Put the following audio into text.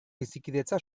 bizikidetza